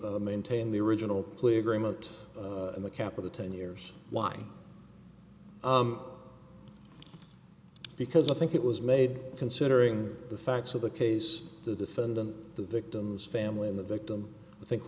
maintain the original plea agreement and the cap of the ten years why because i think it was made considering the facts of the case the defendant the victim's family and the victim i think